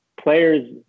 players